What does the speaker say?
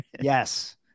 yes